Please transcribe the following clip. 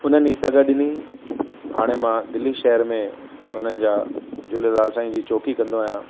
हुननि सग ॾिनी हाणे मां दिल्ली शहर में हुननि जा झूलेलाल साईं जी चौकी कंदो आहियां